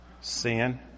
sin